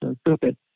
stupid